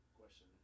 question